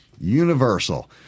Universal